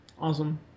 Awesome